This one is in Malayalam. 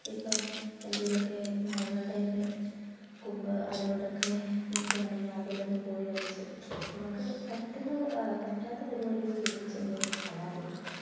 ഇപ്പം എന്തേലുമൊക്കെ മരങ്ങളുടെയൊക്കെ കൊമ്പ് അതിലൊട്ടൊക്കെ നിൽക്കുവാണെങ്കിൽ അതിലൊന്നും പോയി വലിച്ച് നമുക്ക് പറ്റുന്ന പറ്റാത്ത പരിപാടികളിൽ ഒന്നും ചെന്ന് ചാടാതിരിക്കുക